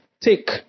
Take